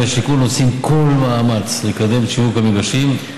והשיכון עושים כל מאמץ לקדם את שיווק המגרשים.